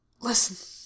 Listen